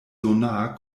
sonar